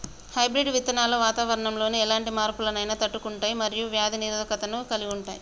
hybrid విత్తనాలు వాతావరణంలోని ఎలాంటి మార్పులనైనా తట్టుకుంటయ్ మరియు వ్యాధి నిరోధకతను కలిగుంటయ్